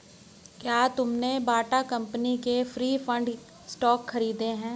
क्या तुमने Bata company के प्रिफर्ड स्टॉक खरीदे?